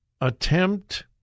attempt